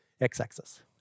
x-axis